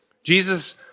Jesus